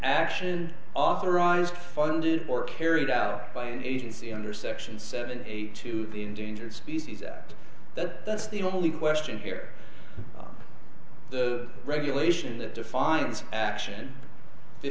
action authorized funded or carried out by an agency under section seven to the endangered species act that that's the only question here the regulation that defines action